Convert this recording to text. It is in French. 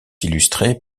illustrés